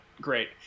great